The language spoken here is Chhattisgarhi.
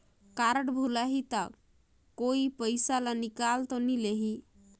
कारड भुलाही ता कोई पईसा ला निकाल तो नि लेही?